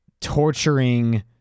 torturing